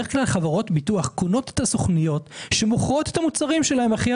בדרך כלל חברות ביטוח קונות את הסוכנויות שמוכרות את